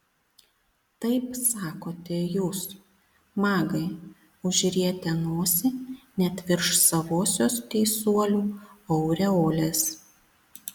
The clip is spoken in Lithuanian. taip sakote jūs magai užrietę nosį net virš savosios teisuolių aureolės